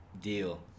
deal